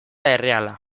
erreala